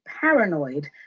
paranoid